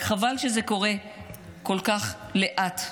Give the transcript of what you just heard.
רק חבל שזה קורה כל כך לאט.